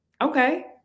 Okay